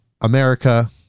America